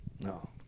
No